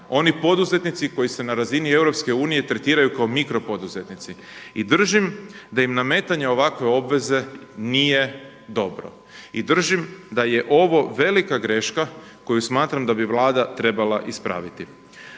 oni poduzetnici koji se na razini Europske unije tretiraju kao mikropoduzetnici i držim da im nametanja ovakve obveze nije dobro. I držim da je ovo velika greška koju smatram da bi Vlada trebala ispraviti.